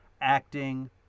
acting